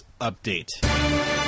update